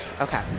okay